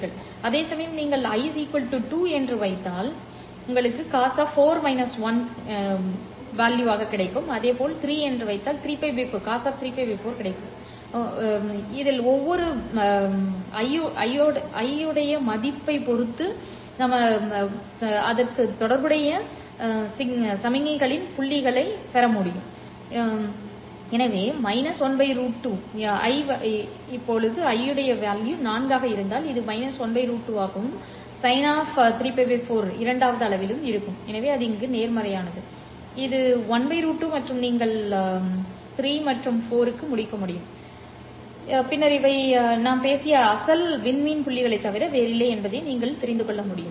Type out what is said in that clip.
அதேசமயம் நீங்கள் i 2 ஐ வைத்தால் i 2 ஐ நீங்கள் பெறுவீர்கள் உங்களுக்கு cos கிடைக்கும் இது 3 3π 4 cos இரண்டாவது நால்வரில் உள்ளது எனவே இது 1 √2 ஆகவும் பாவம் 3π 4 இரண்டாவது அளவிலும் உள்ளது எனவே அது அங்கு நேர்மறையானது எனவே இது 1 √2 நீங்கள் 3 மற்றும் 4 க்கு முடிக்க முடியும் பின்னர் இவை நாம் பேசிய அசல் விண்மீன் புள்ளிகளைத் தவிர வேறில்லை என்பதை நீங்கள் காண்பீர்கள்